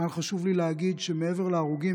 כאן חשוב לי להגיד שמעבר להרוגים,